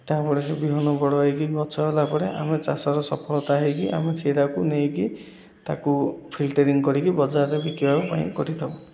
ତାପରେ ସେ ବିହନ ବଡ଼ ହୋଇକି ଗଛ ହେଲା ପରେ ଆମେ ଚାଷର ସଫଳତା ହୋଇକି ଆମେ ସେଟାକୁ ନେଇକି ତାକୁ ଫିଲ୍ଟରିଂ କରିକି ବଜାରରେ ବିକିବା ପାଇଁ କରିଥାଉ